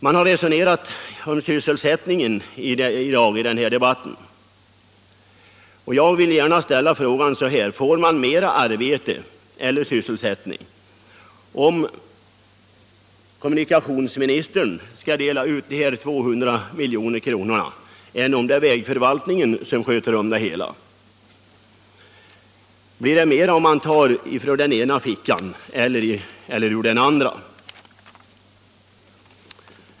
Man har resonerat om sysselsättningen i den här debatten i dag, och jag vill gärna fråga: Skapas det mer arbete eller sysselsättning om kommunikationsministern skall dela ut dessa 200 milj.kr. än om det är vägförvaltningen som sköter om det hela? Blir det mer om man tar från den ena fickan än om man tar från den andra?